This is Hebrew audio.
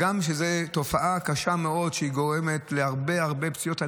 הגם שזו תופעה קשה מאוד שגורמת להרבה פציעות.